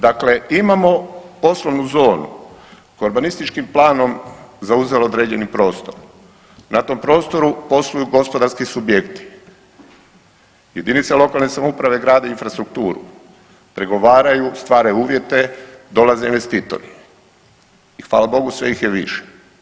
Dakle imamo poslovnu zonu koja je urbanističkim planom zauzela određeni prostor, na tom prostoru posluju gospodarski subjekti, jedinice lokalne samouprave grade infrastrukturu, pregovaraju, stvaraju uvjete, dolaze investitori i hvala Bogu, sve ih je više.